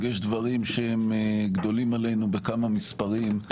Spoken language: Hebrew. יש דברים שהם גדולים עלינו בכמה מספרים.